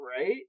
right